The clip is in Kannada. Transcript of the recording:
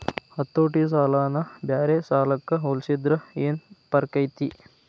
ಹತೋಟಿ ಸಾಲನ ಬ್ಯಾರೆ ಸಾಲಕ್ಕ ಹೊಲ್ಸಿದ್ರ ಯೆನ್ ಫರ್ಕೈತಿ?